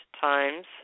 times